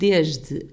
Desde